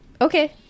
okay